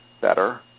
better